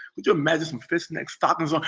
like imagine some fishnet stockings. ah